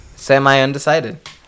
semi-undecided